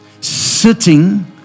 sitting